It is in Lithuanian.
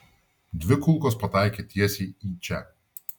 dvi kulkos pataikė tiesiai į čia